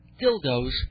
dildos